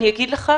אני אגיד לך,